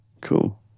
Cool